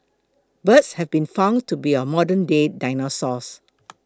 birds have been found to be our modernday dinosaurs